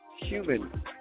human